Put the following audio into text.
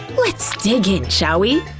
let's dig in, shall we?